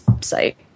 site